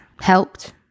helped